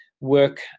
work